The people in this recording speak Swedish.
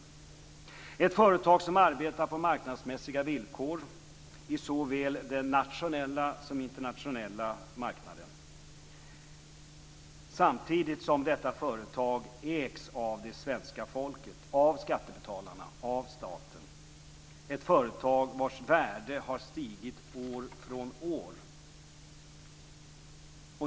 Det är ett företag som arbetar på marknadsmässiga villkor på såväl den nationella som internationella marknaden samtidigt som detta företag ägs av svenska folket, av skattebetalarna, av staten. Det är ett företag vars värde har stigit år från år.